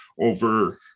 over